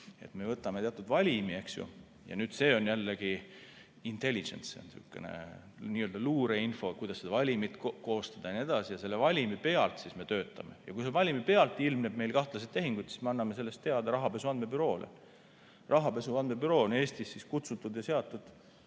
Me võtame teatud valimi, eks ju, ja see on jällegiintelligence, sihukene luureinfo, kuidas seda valimit koostada. Selle valimi pealt siis me töötame. Ja kui valimi pealt ilmneb kahtlaseid tehinguid, siis me anname sellest teada Rahapesu Andmebüroole. Rahapesu Andmebüroo on Eestis kutsutud ja seatud